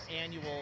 Annual